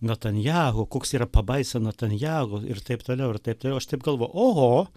netanjahu koks yra pabaisa netanjahu ir taip toliau ir taip toliau aš taip galvoju oho